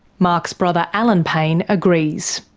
mark's brother alan payne agrees.